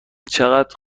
چقدر